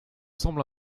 semble